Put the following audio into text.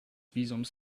visums